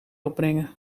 opbrengen